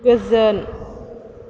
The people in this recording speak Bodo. गोजोन